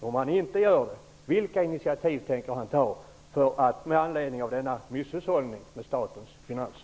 Om han inte gör det, vilka initiativ tänker han ta med anledning av denna misshushållning med statens finanser?